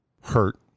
hurt